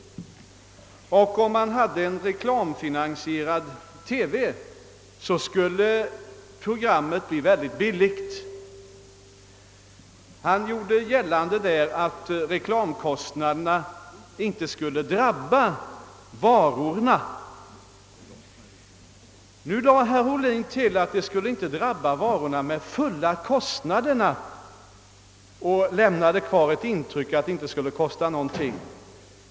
Om man hade en reklamfinansierad TV, skulle programmet bli mycket billigt. Herr Ohlin menade att reklamen inte skulle drabba varorna med fulla kostnaderna, och han lämnade kvar ett intryck av att den egentligen inte skulle kosta någonting.